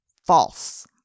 False